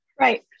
right